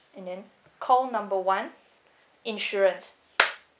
and then call number one insurance